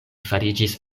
fariĝis